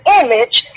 image